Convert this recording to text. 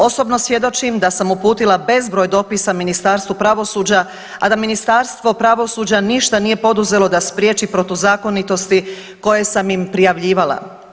Osobno svjedočim da sam uputila bezbroj dopisa Ministarstvu pravosuđa, a da Ministarstvo pravosuđa ništa nije poduzelo da spriječi protuzakonitosti koje sam im prijavljivala.